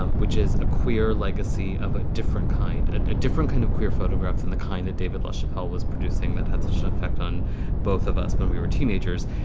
um which is a queer legacy of a different kind, a different kind of queer photograph than the kind of david lachapelle was producing that had such an effect on both of us when we were teenagers.